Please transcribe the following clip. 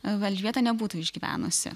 elžbieta nebūtų išgyvenusi